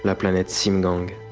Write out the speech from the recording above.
the sim gang